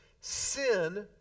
sin